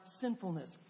sinfulness